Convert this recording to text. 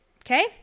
Okay